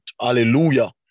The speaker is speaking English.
hallelujah